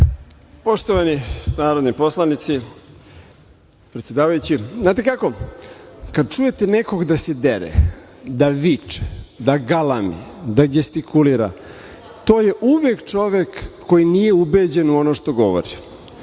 Poštovani narodni poslanici, predsedavajući, znate kako, kada čujete nekog da se dere, da viče, da galami, da gestikulira to je uvek čovek koji nije ubeđen u ono što govori